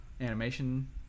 animation